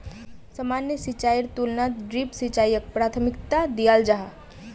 सामान्य सिंचाईर तुलनात ड्रिप सिंचाईक प्राथमिकता दियाल जाहा